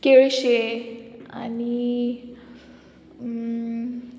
केळशें आनी